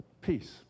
peace